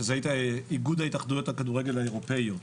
שזה איגוד התאחדויות הכדורגל האירופאיות.